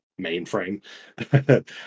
mainframe